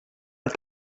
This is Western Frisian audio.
wat